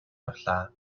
явлаа